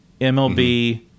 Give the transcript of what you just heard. MLB